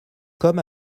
comme